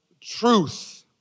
truth